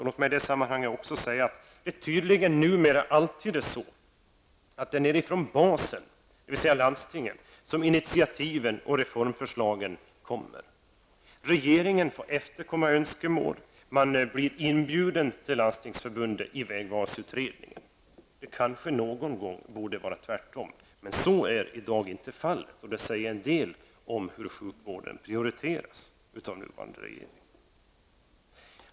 Låt mig i detta sammanhang säga att det tydligen numera alltid är så att det är från basen, dvs. från landstingen, som initiativen och reformförslagen kommer. Regeringen får efterkomma önskemål. Man blir inbjuden till Landstingsförbundet i samband med vägvalsutredningen. Det borde kanske någon gång vara tvärtom. Men så är i dag inte fallet, och det säger en del om hur sjukvården prioriteras av den nuvarande regeringen.